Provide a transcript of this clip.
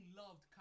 loved